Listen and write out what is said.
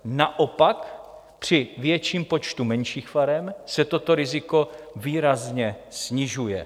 Naopak při větším počtu menších farem se toto riziko výrazně snižuje.